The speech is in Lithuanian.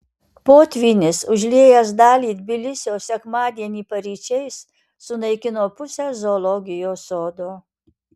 potvynis užliejęs dalį tbilisio sekmadienį paryčiais sunaikino pusę zoologijos sodo